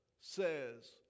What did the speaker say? says